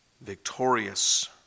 victorious